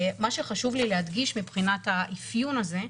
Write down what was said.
מה שחשוב לי להדגיש מבחינת האפיון הזה,